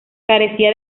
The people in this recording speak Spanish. carecía